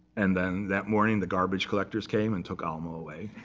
and then that morning, the garbage collectors came and took alma away.